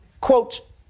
Quote